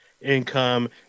income